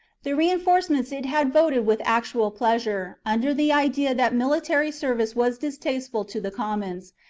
the rein forcements it had voted with actual pleasure, under the idea that military service was distasteful to the commons,